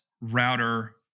router